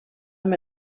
amb